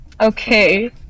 Okay